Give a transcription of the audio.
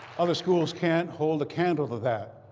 other schools can't hold a candle to that.